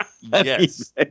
Yes